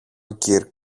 κυρ